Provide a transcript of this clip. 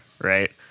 right